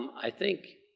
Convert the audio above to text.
um i think